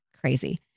crazy